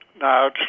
No